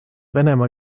venemaa